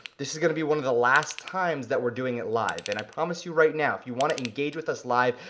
this is gonna be one of the last times that we're doing it live, and i promise you right now, if you wanna engage with us live,